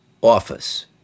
office